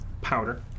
powder